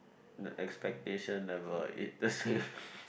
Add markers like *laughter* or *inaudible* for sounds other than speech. the expectation level ain't the same *breath*